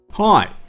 Hi